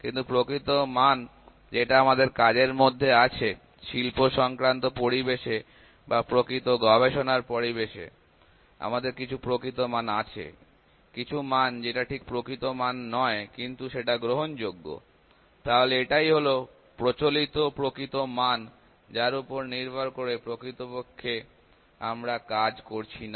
কিন্তু প্রকৃত মান যেটা আমাদের কাজের মধ্যে আছে শিল্প সংক্রান্ত পরিবেশে বা প্রকৃত গবেষণার পরিবেশে আমাদের কিছু প্রকৃত মান আছে কিছু মান যেটা ঠিক প্রকৃত মান নয় কিন্তু সেটা গ্রহণযোগ্য তাহলে এটাই হলো প্রচলিত প্রকৃত মান যার ওপর নির্ভর করে প্রকৃতপক্ষে আমরা কাজ করছি না